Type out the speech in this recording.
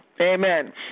Amen